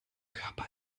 körper